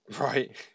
Right